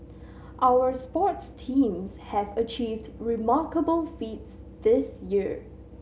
our sports teams have achieved remarkable feats this year